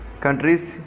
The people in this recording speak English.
countries